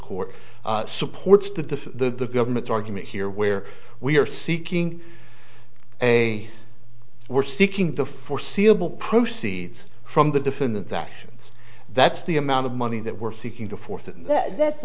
court supports the government's argument here where we are seeking a we're seeking the foreseeable proceeds from the defendant's actions that's the amount of money that we're seeking to fourth and that's